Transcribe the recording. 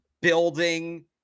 building